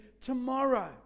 tomorrow